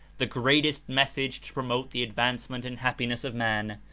the greatest message to promote the advancement and happiness of man,